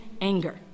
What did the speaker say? anger